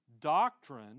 doctrine